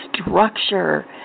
structure